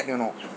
you know